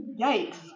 Yikes